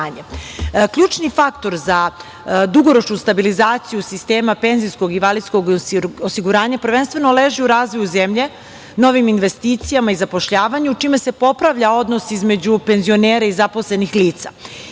Ključni faktor za dugoročnu stabilizaciju sistema PIO prvenstveno leži u razvoju zemlje, novim investicijama i zapošljavanju, čime se popravlja odnos između penzionera i zaposlenih lica. Ako